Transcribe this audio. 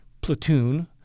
Platoon